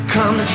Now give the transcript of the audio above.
Come